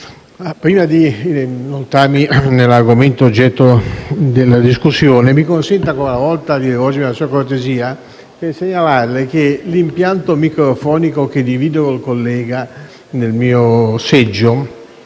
prima di inoltrarmi nell'argomento oggetto della discussione, mi consenta, ancora una volta, di rivolgermi alla sua cortesia per segnalarle che l'impianto microfonico che divido con il collega nel mio seggio